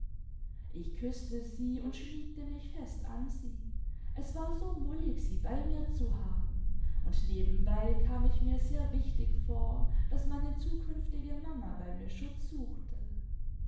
ich küßte sie und schmiegte mich fest an sie es war so mollig sie bei mir zu haben imd nebenbei kam ich mir sehr wichtig vor daß meine zukünftige mama bei mir schutz suchte